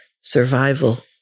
survival